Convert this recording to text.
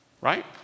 right